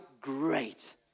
great